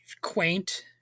quaint